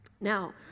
Now